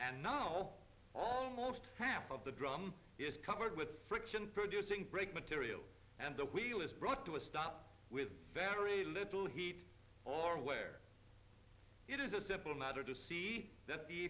and no almost half of the drum is covered with friction producing brake material and the wheel is brought to a stop with very little heat or wear it is a simple matter to see that the